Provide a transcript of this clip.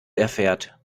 erfährt